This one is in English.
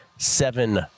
Seven